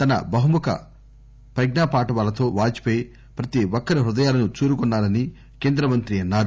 తన బహుముఖ ప్రజ్ఞాపాటవాలతో వాజ్ పేయి ప్రతి ఒక్కరి హృదయాలను చూరగొన్నారని కేంద్ర మంత్రి అన్నారు